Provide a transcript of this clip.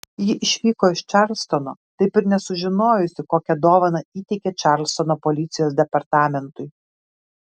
ji išvyko iš čarlstono taip ir nesužinojusi kokią dovaną įteikė čarlstono policijos departamentui